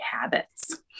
habits